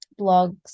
blogs